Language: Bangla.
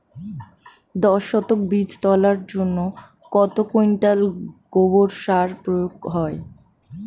দশ শতক বীজ তলার জন্য কত কুইন্টাল গোবর সার প্রয়োগ হয়?